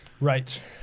Right